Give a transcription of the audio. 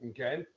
Okay